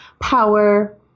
power